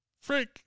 freak